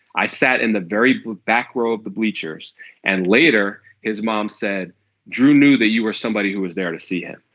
i sat in the very back row of the bleachers and later his mom said drew knew that you were somebody who was there to see him.